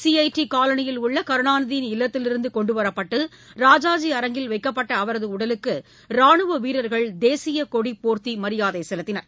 CID காலனியில் உள்ள கருணாநிதியின் இல்லத்திலிருந்து கொண்டுவரப்பட்டு ராஜாஜி அரங்கில் வைக்கப்பட்ட அவரது உடலுக்கு ராணுவ வீரர்கள் தேசியக் கொடி போர்த்தி மரியாதை செலுத்தினர்